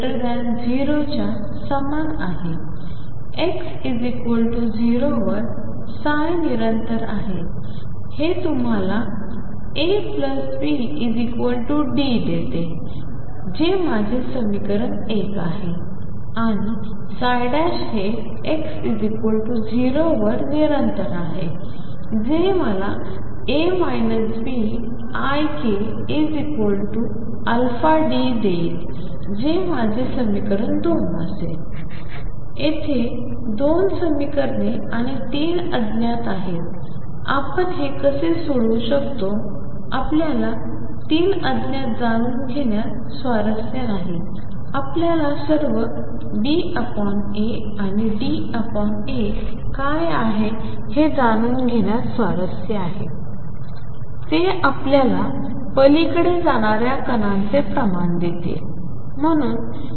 x 0 वर ψ निरंतर आहे हे तुम्हाला AB D देते जे माझे समीकरण 1 आहे आणि हे x 0 वर निरंतर आहे जे मला A Bik αD देईल जे माझे समीकरण 2 असेल येथे दोन समीकरणे आणि तीन अज्ञात आहेत आपण हे कसे सोडवू शकतो आपल्याला तीन अज्ञात जाणून घेण्यात स्वारस्य नाही आपल्याला सर्व BA आणि DA काय आहे हे जाणून घेण्यात स्वारस्य आहे ते आपल्याला पलीकडे जाणाऱ्या कणांचे प्रमाण देतील